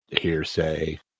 hearsay